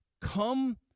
come